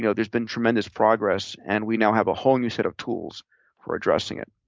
you know there's been tremendous progress, and we now have a whole new set of tools for addressing it.